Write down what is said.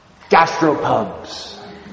gastropubs